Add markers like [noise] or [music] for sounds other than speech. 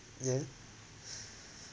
yeah [breath]